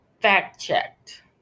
fact-checked